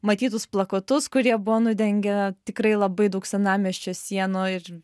matytus plakatus kurie buvo nudengę tikrai labai daug senamiesčio sienų ir